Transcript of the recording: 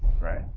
Right